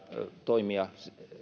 toimia